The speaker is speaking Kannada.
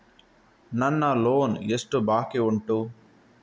ನನ್ನ ಲೋನ್ ಎಷ್ಟು ಬಾಕಿ ಉಂಟು?